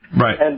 Right